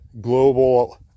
global